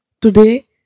Today